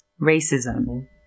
racism